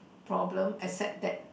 problem except that